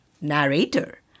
narrator